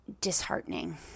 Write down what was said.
disheartening